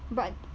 but